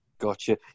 Gotcha